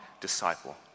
disciple